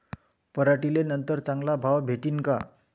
पराटीले नंतर चांगला भाव भेटीन का?